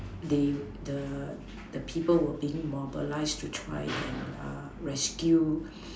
they the the people were being mobilized to try and rescue